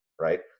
right